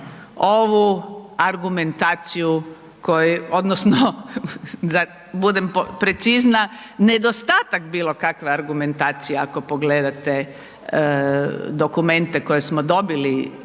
ovu argumentaciju, odnosno, da budem precizna, nedostatak bilo kakve argumentacije, ako pogledate dokumente koje smo dobili kao